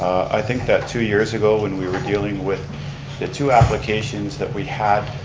i think that two years ago, when we were dealing with the two applications that we had,